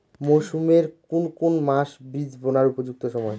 মরসুমের কোন কোন মাস বীজ বোনার উপযুক্ত সময়?